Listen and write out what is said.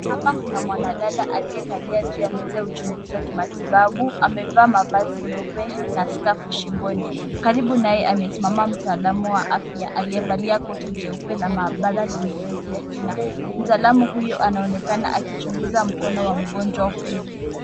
Hapa kuna mwanadada aliye kalia juu ya meza ya uchunguzi wa kimatibabu amevaa mavazi meupe na skafu shingoni. Karibu naye amesimama mtaalamu wa afya aliyevalia koti jeupe la maabara lenye beji ya jina. Mtaalamu huyo anaonekana akichunguza mkono wa mgonjwa huyu.